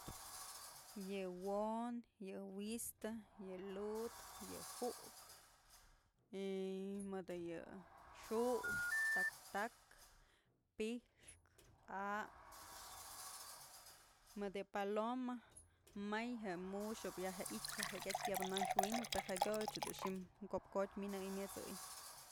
Yë mu'ux mëdyjatyë dun tyam jamyët'sam xi'i yë lud, xi'i yë katë, xi'i yë wi'istë, xi'i yë t'sey, xi'i yë xu'ux, xi'i yë tu'u mu'ux, xi'i yë pix, xi'i yë lirio